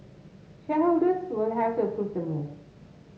shareholders will have to approve the move